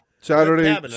Saturday